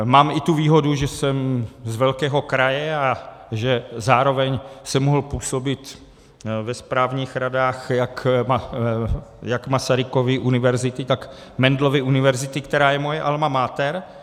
Mám i tu výhodu, že jsem z velkého kraje a že zároveň jsem mohl působit ve správních radách jak Masarykovy univerzity, tak Mendelovy univerzity, která je moje alma mater.